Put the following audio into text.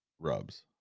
rubs